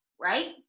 right